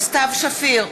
סתיו שפיר,